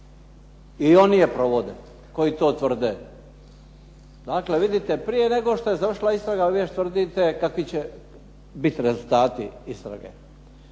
i oni je provode koji to tvrde. Dakle, vidite prije nego što je završila istraga vi još tvrdite kakvi će biti rezultati istrage.